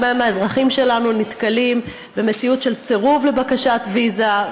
הרבה מהאזרחים שלנו נתקלים במציאות של סירוב בבקשת ויזה,